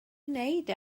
wneud